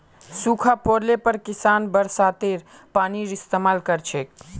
सूखा पोड़ले पर किसान बरसातेर पानीर इस्तेमाल कर छेक